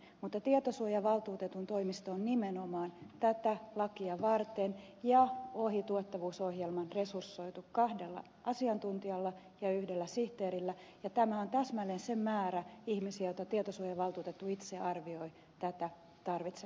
mutta tietosuojavaltuutetun toimisto on nimenomaan tätä lakia varten ja ohi tuottavuusohjelman resursoitu kahdella asiantuntijalla ja yhdellä sihteerillä ja tämä on täsmälleen se määrä ihmisiä joita tietosuojavaltuutettu itse arvioi tarvitsevansa